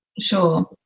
Sure